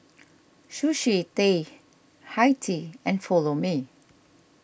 Sushi Tei Hi Tea and Follow Me